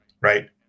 Right